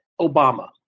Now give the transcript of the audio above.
Obama